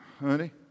honey